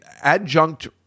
adjunct